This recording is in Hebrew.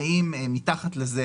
ואם מתחת לזה